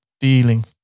feeling